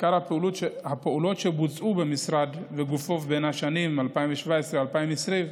עיקר הפעולות שבוצעו במשרד וגופיו בשנים 2017 2020,